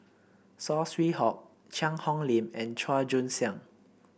Saw Swee Hock Cheang Hong Lim and Chua Joon Siang